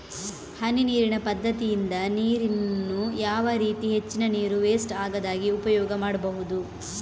ಹನಿ ನೀರಿನ ಪದ್ಧತಿಯಿಂದ ನೀರಿನ್ನು ಯಾವ ರೀತಿ ಹೆಚ್ಚಿನ ನೀರು ವೆಸ್ಟ್ ಆಗದಾಗೆ ಉಪಯೋಗ ಮಾಡ್ಬಹುದು?